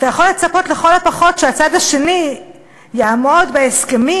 אתה יכול לצפות לכל הפחות שהצד השני יעמוד בהסכמים,